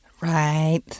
Right